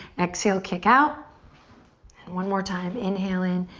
exhale, kick out. and one more time. inhale in,